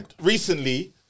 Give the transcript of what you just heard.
recently